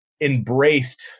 embraced